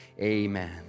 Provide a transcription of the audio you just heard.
Amen